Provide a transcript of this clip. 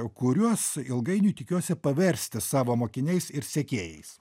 kuriuos ilgainiui tikiuosi paversti savo mokiniais ir sekėjais